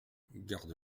garde